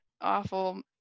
awful